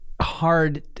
hard